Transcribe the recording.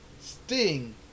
Sting